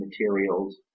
materials